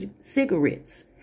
cigarettes